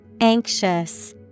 Anxious